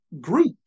group